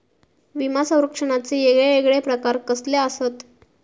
विमा सौरक्षणाचे येगयेगळे प्रकार कसले आसत?